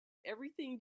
everything